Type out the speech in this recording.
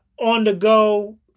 on-the-go